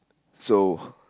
so